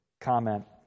comment